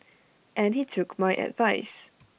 and he took my advice